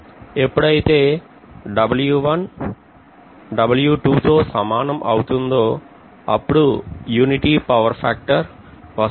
ఎప్పుడైతే W1 W2 తో సమానం అవుతుందో అప్పుడు యూనిటీ పవర్ ఫా క్టర్ వస్తుంది